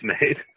made